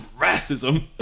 racism